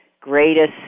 greatest